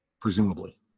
presumably